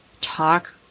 Talk